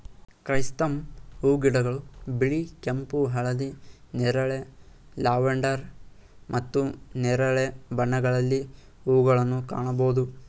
chrysanthemum ಹೂಗಿಡಗಳು ಬಿಳಿ, ಕೆಂಪು, ಹಳದಿ, ನೇರಳೆ, ಲ್ಯಾವೆಂಡರ್ ಮತ್ತು ನೇರಳೆ ಬಣ್ಣಗಳಲ್ಲಿ ಹೂಗಳನ್ನು ಕಾಣಬೋದು